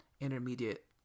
intermediate